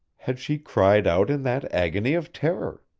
had she cried out in that agony of terror?